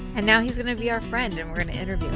and now he's going to be our friend and we're gonna interview